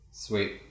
Sweet